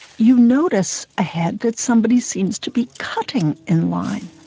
you notice ahead that somebody seems to be cutting in line,